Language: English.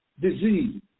disease